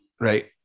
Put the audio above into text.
Right